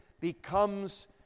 becomes